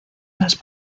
las